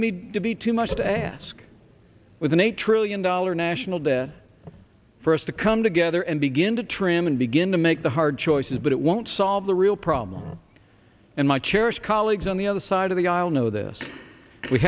need to be too much to ask with an eight trillion dollar national debt for us to come together and begin to trim and begin to make the hard choices but it won't solve the real problem and my cherished colleagues on the other side of the aisle know this we